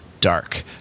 dark